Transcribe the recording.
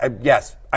Yes